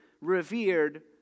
revered